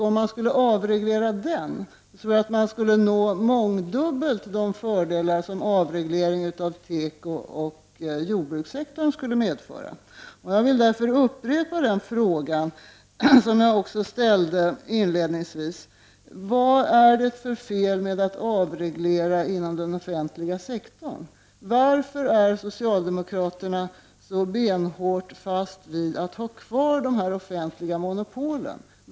Om man skulle avreglera den, skulle vi nå mångdubbelt de fördelar som avreglering av tekooch jordbrukssektorn skulle medföra. Jag vill därför upprepa min fråga som jag ställde inledningsvis: Vad är det för fel med att avreglera inom den offentliga sektorn? Varför står socialdemokraterna så benhårt fast vid att ha kvar de offentliga monopolen?